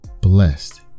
blessed